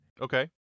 Okay